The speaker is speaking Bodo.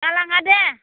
गालाङा दे